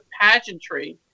pageantry